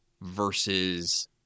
versus